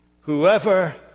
Whoever